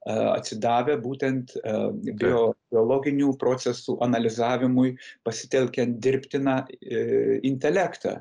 e atsidavę būtent e bio biologinių procesų analizavimui pasitelkiant dirbtiną e intelektą